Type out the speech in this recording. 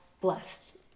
blessed